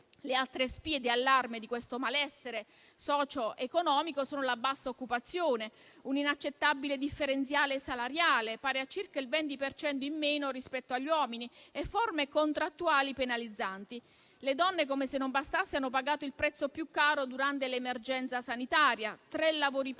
Le altre spie di allarme di questo malessere socio-economico sono la bassa occupazione, un inaccettabile differenziale salariale pari a circa il 20 per cento in meno rispetto agli uomini e forme contrattuali penalizzanti. Le donne - come se non bastasse - hanno pagato il prezzo più caro durante l'emergenza sanitaria: